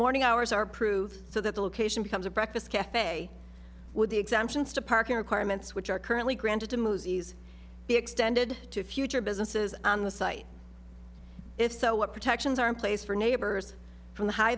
morning hours are proved so that the location becomes a breakfast cafe with the exemptions to parking requirements which are currently granted to moseys be extended to future businesses on the site if so what protections are in place for neighbors from the high